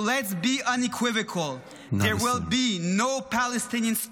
So let's be unequivocal: There will be no Palestinian state.